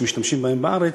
שמשתמשים בהן בארץ,